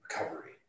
recovery